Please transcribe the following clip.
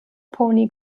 pony